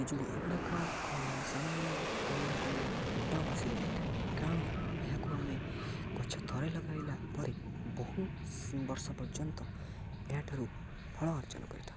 ପିଜୁଳି ଏଗୁଡ଼ାକ ସାମାନ୍ୟ କହିବାକୁ ଗଲେ ରୋପଣ କୃଷିରେ ଯାଇଥାଏ କାରଣ ଏହାକୁ ଆମେ ଗଛ ଥରେ ଲଗାଇଲା ପରେ ବହୁ ବର୍ଷ ପର୍ଯ୍ୟନ୍ତ ଏହାଠାରୁ ଫଳ ଅର୍ଜନ କରିଥାଉ